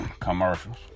commercials